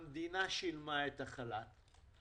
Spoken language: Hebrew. המדינה שילמה את החל"ת,